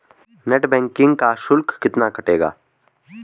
Net banking का शुल्क कितना कटेगा?